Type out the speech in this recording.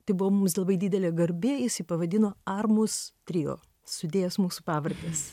tai buvo mums labai didelė garbė jis jį pavadino armus trio sudėjęs mūsų pavardes